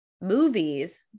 movies